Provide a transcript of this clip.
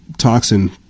toxin